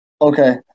okay